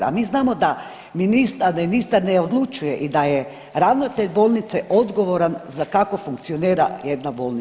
A mi znamo da ministar ne odlučuje i da je ravnatelj bolnice odgovoran za kako funkcionira jedna bolnica.